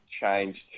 changed